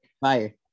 Fire